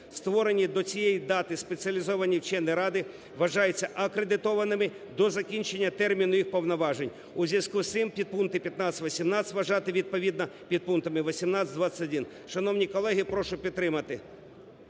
Створені до цієї дати спеціалізовані вчені ради вважаються акредитованими до закінчення терміну їх повноважень." У зв'язку з цим підпункти 15-18 вважати відповідно підпунктами 18-21. Шановні колеги! Прошу підтримати.